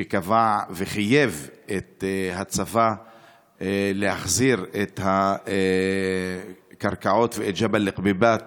שקבע לחייב את הצבא להחזיר את הקרקעות ואת ג'בל אל-כביבאת